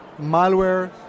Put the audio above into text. malware